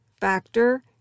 factor